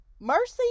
Mercy